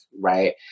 right